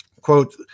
Quote